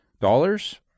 dollars